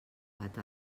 gat